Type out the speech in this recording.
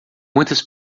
muitas